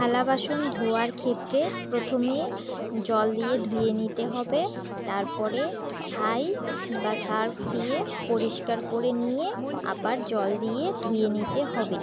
থালা বাসন ধোয়ার ক্ষেত্রে প্রথমে জল দিয়ে ধুয়ে নিতে হবে তারপরে ছাই বা সার্ফ দিয়ে পরিষ্কার করে নিয়ে আবার জল দিয়ে ধুয়ে নিতে হবে